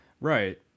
right